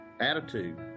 attitude